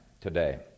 today